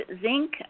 zinc